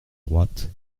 droite